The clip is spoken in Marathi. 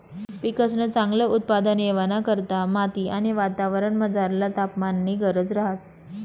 पिकंसन चांगल उत्पादन येवाना करता माती आणि वातावरणमझरला तापमाननी गरज रहास